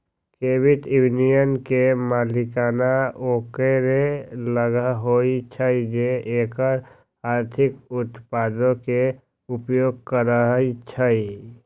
credit union के मलिकाना ओकरे लग होइ छइ जे एकर आर्थिक उत्पादों के उपयोग करइ छइ